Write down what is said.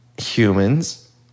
humans